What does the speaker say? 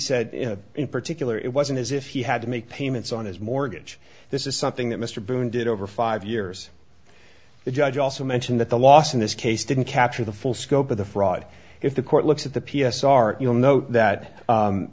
said in particular it wasn't as if he had to make payments on his mortgage this is something that mr boone did over five years the judge also mentioned that the loss in this case didn't capture the full scope of the fraud if the court looks at the p s r you'll note that